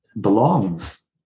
belongs